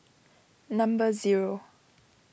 number zero